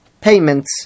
payments